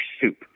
soup